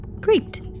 Great